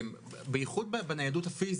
בייחוד בניידות הפיזית.